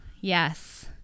yes